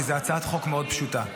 כי זו הצעת חוק פשוטה מאוד.